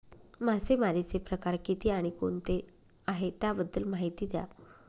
मासेमारी चे प्रकार किती आणि कोणते आहे त्याबद्दल महिती द्या?